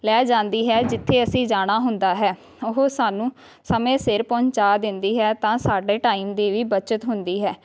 ਲੈ ਜਾਂਦੀ ਹੈ ਜਿੱਥੇ ਅਸੀਂ ਜਾਣਾ ਹੁੰਦਾ ਹੈ ਉਹ ਸਾਨੂੰ ਸਮੇਂ ਸਿਰ ਪਹੁੰਚਾ ਦਿੰਦੀ ਹੈ ਤਾਂ ਸਾਡੇ ਟਾਈਮ ਦੀ ਵੀ ਬੱਚਤ ਹੁੰਦੀ ਹੈ